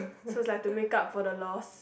so like to make up for the loss